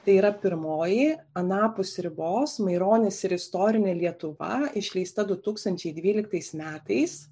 tai yra pirmoji anapus ribos maironis ir istorinė lietuva išleista du tūkstančiai dvyliktais metais